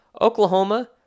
Oklahoma